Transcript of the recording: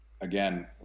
again